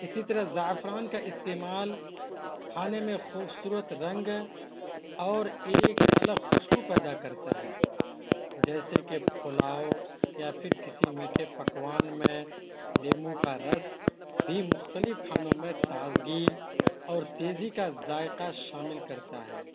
اسی طرح زعفران کا استعمال کھانے میں خوبصورت رنگ اور ایک الگ خوشبو پیدا کرتا ہے جیسے کہ پلاؤ یا پھر کسی میٹھے پکوان میں لیمو کا رس بھی مختلف کھانوں میں تازگی اور تیزی کا ذائقہ شامل کرتا ہے